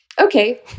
okay